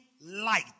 light